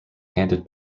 handed